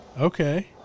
Okay